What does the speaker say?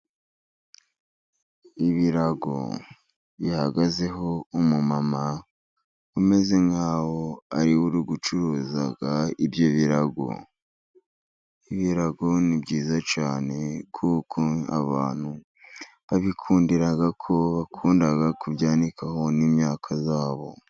Ibirago bihagazeho umumama umeze nkaho ari we uri gucuruza ibyo birago. Ibirarago ni byiza cyane, kuko abantu babikundira ko bakunda kubyanikaho n'imyaka yabo.